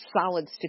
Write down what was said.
solid